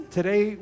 today